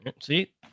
see